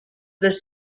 this